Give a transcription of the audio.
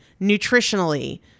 nutritionally